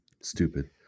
stupid